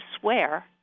swear